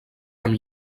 amb